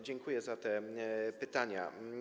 Dziękuję za te pytania.